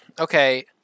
okay